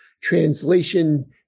Translation